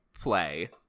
play